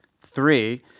three